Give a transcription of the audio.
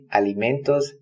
alimentos